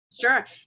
Sure